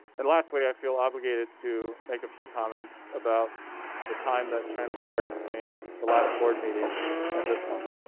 and lastly, i feel obligated to make a few comments about the time that transpired between the last board meeting and this one.